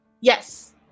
Yes